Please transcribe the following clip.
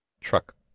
truck